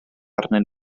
arnyn